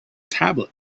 tablet